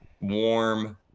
warm